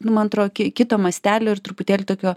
nu man atrodo ki kito mastelio ir truputėlį tokio